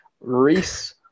Reese